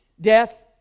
death